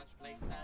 place